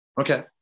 Okay